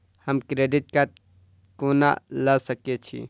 हम credit card कोना लऽ सकै छी?